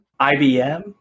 IBM